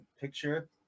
picture